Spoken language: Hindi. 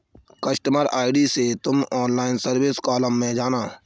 कस्टमर आई.डी से तुम ऑनलाइन सर्विस कॉलम में जाना